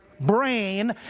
brain